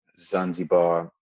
Zanzibar